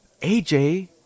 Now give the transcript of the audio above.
AJ